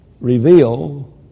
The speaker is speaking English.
reveal